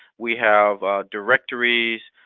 we have directories,